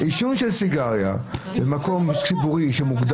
יושב-ראש סיעת תקווה